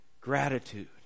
gratitude